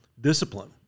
discipline